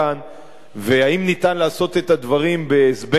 ואם אפשר לעשות את הדברים ב"זבנג וגמרנו",